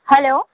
hello